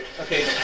Okay